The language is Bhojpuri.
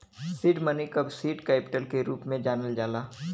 सीड मनी क सीड कैपिटल के रूप में जानल जाला